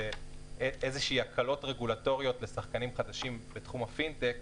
אלה הקלות רגולטוריות לשחקנים חדשים בתחום הפינטק,